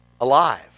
alive